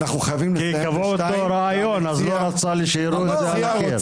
כי קבעו אתו ראיון, לא רצה שיראו את זה על הקיר.